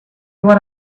what